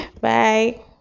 Bye